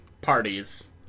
parties